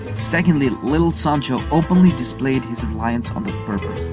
secondly, little sancho openly displayed his reliance on the berbers.